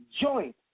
joint